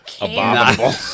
abominable